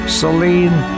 celine